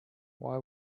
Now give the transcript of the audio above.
why